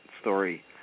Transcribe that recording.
story